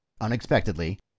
unexpectedly